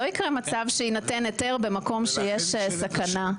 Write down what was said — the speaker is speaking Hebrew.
לא יקרה מצב שיינתן היתר במקום שיש סכנה.